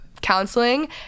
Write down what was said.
counseling